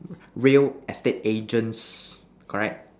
real estate agents correct